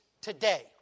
today